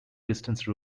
distance